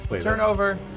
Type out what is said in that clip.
Turnover